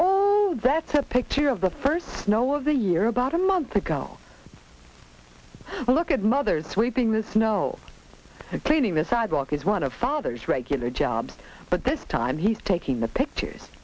oh that's a picture of the first snow of the year about a month ago a look at mothers sweeping the snow and cleaning the sidewalk is one of father's regular jobs but this time he's taking the pictures